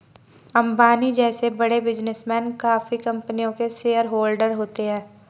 अंबानी जैसे बड़े बिजनेसमैन काफी कंपनियों के शेयरहोलडर होते हैं